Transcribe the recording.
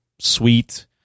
sweet